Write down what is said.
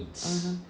mmhmm